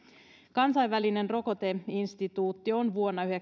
kansainvälinen rokoteinstituutti on vuonna